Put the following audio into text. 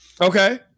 Okay